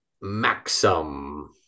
Maxim